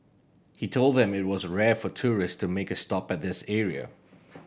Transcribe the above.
he told them that it was rare for tourist to make a stop at this area